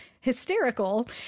hysterical